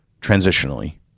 transitionally